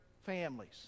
families